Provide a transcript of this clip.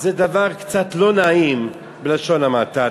זה דבר קצת לא נעים, בלשון המעטה.